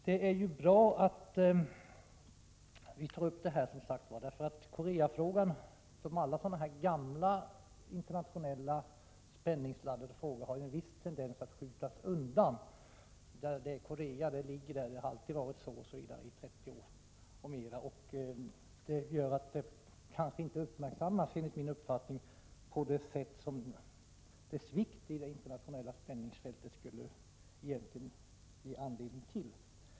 Det är som sagt bra att detta tas upp, för Koreafrågan liksom alla gamla internationella spänningsladdade frågor har en viss tendens att skjutas undan. Korea ligger där det ligger, det har alltid varit så sedan mer än 30 år, och det gör att frågan kanske inte uppmärksammas på det sätt som dess vikt i det internationella spänningsfältet enligt min uppfattning egentligen skulle ge anledning till.